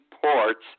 ports